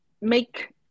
make